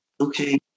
Okay